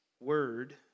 word